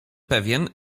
pewien